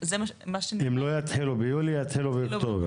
זה מה שנקבע --- הם לא יתחילו ביולי אלא יתחילו באוקטובר,